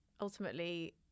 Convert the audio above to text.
ultimately